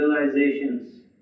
realizations